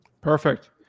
Perfect